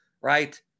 right